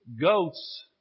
Goats